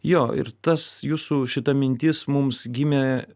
jo ir tas jūsų šita mintis mums gimė